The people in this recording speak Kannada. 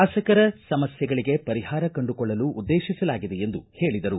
ಶಾಸಕರ ಸಮಸ್ಥೆಗಳಿಗೆ ಪರಿಹಾರ ಕಂಡುಕೊಳ್ಳಲು ಉದ್ದೇಶಿಸಲಾಗಿದೆ ಎಂದು ಹೇಳಿದರು